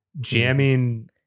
jamming